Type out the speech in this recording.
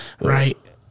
right